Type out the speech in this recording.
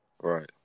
Right